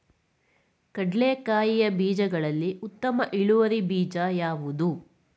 ಕಡ್ಲೆಕಾಯಿಯ ಬೀಜಗಳಲ್ಲಿ ಉತ್ತಮ ಇಳುವರಿ ಬೀಜ ಯಾವುದು?